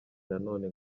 nanone